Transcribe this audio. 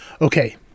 okay